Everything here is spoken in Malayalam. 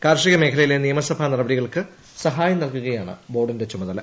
കാർഷിക മേഖലയിലെ നിയമന ന്റട്ടിപടികൾക്ക് സഹായം നൽകുകയാണ് ബോർഡിന്റെ ചുമത്ല